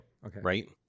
Right